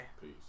Peace